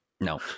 No